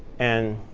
and